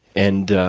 and,